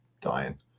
dying